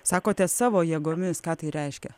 sakote savo jėgomis ką tai reiškia